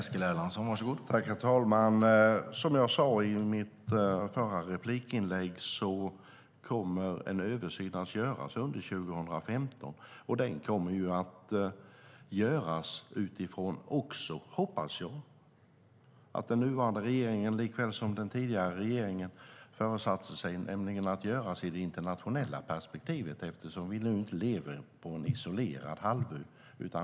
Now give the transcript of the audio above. Herr talman! Som jag sa i mitt förra replikinlägg kommer en översyn att göras under 2015. Jag hoppas att den nuvarande regeringen, likväl som den tidigare regeringen föresatte sig, kommer att göra den i det internationella perspektivet eftersom vi inte lever på en isolerad halvö.